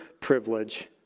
privilege